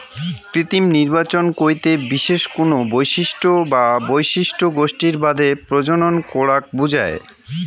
কৃত্রিম নির্বাচন কইতে বিশেষ কুনো বৈশিষ্ট্য বা বৈশিষ্ট্য গোষ্ঠীর বাদে প্রজনন করাক বুঝায়